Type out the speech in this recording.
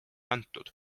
antud